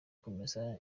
kumesa